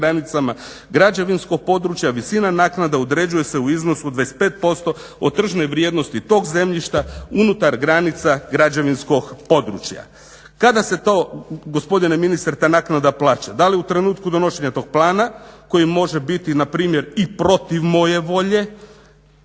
Kada se to gospodine ministre ta naknada plaća? Da li u trenutku donošenja tog plana koji može biti npr. i protiv moje volje